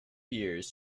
years